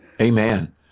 Amen